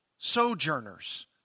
sojourners